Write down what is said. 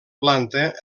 planta